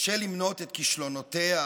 קשה למנות את כישלונותיה,